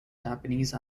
japanese